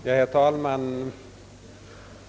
Herr talman!